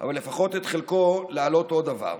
אבל לפחות את חלקו, להעלות עוד דבר.